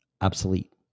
obsolete